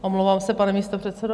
Omlouvám se, pane místopředsedo.